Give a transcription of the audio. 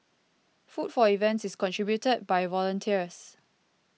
food for events is contributed by volunteers